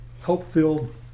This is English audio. hope-filled